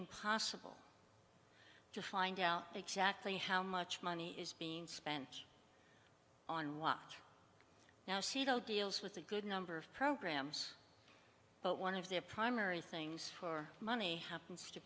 impossible to find out exactly how much money is being spent on what now seato deals with a good number of programs but one of their primary things for money happens to